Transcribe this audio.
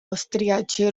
austriaci